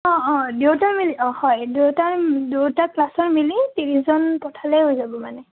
অঁ অঁ দুয়োটাৰ মিলি অঁ হয় দুয়োটাৰ দুয়োটা ক্লাছৰ মিলি ত্ৰিছজন পঠালে হৈ যাব মানে